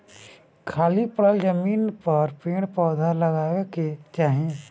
खाली पड़ल जमीन पर पेड़ पौधा लगावे के चाही